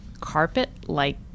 carpet-like